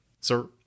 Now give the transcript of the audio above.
sir